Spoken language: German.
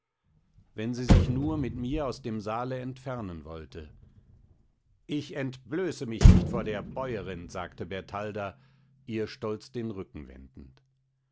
wenn sie sich nur mit mir aus dem saale entfernen wollte ich entblöße mich nicht vor der bäuerin sagte bertalda ihr stolz den rücken wendend